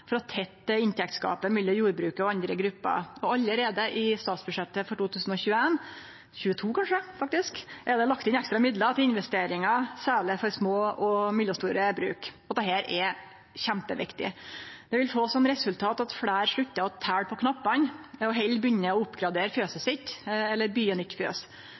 tette inntektsgapet mellom jordbruket og andre grupper. Allereie i statsbudsjettet for 2022 er det lagt inn ekstra midlar til investeringar, særleg for små og mellomstore bruk. Dette er kjempeviktig. Det vil få som resultat at fleire sluttar å telje på knappane og heller begynner å oppgradere fjøset sitt eller